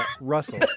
Russell